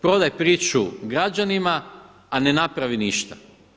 Prodaj priču građanima, a ne napravi ništa.